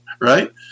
Right